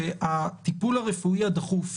הטיפול הרפואי הדחוף,